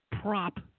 prop